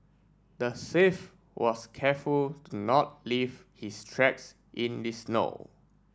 the thief was careful to not leave his tracks in the snow